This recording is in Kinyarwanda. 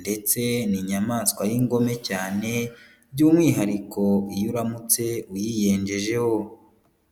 ndetse ni inyamaswa y'ingome cyane, by'umwihariko iyo uramutse uyiyenjejeho.